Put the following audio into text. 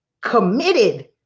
committed